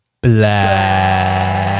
Black